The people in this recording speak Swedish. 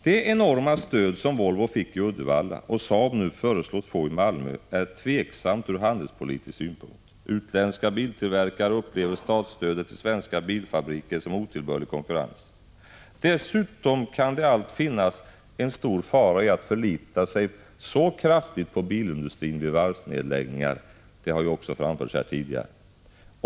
Det enorma stöd som Volvo fick i Uddevalla och Saab nu föreslås få i Malmö är tvivelaktigt från handelspolitisk synpunkt. Utländska biltillverkare upplever statsstödet till svenska bilfabriker som otillbörlig konkurrens. Dessutom kan det allt finnas en stor fara i att så kraftigt förlita sig på bilindustrin vid varvsnedläggningar — det har ju också framförts här tidigare.